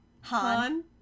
Han